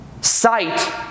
sight